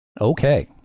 Okay